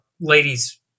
ladies